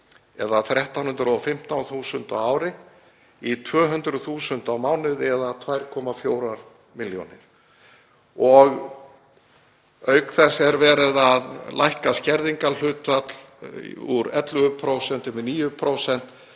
eða 1.315.000 kr. á ári í 200.000 kr. á mánuði eða 2,4 milljónir. Auk þess er verið að lækka skerðingarhlutfall úr 11% í 9%